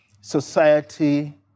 society